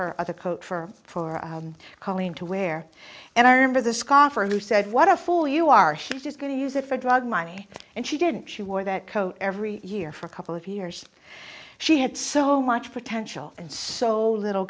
her a coat for for calling to wear and i remember the scarf or who said what a fool you are she's just going to use it for drug money and she didn't she wore that coat every year for a couple of years she had so much potential and so little